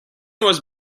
was